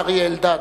אריה אלדד.